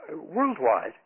worldwide